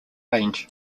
range